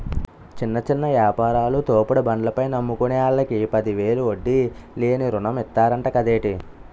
చిన్న చిన్న యాపారాలు, తోపుడు బండ్ల పైన అమ్ముకునే ఆల్లకి పదివేలు వడ్డీ లేని రుణం ఇతన్నరంట కదేటి